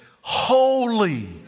holy